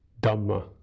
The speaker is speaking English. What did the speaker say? Dhamma